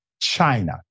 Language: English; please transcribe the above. China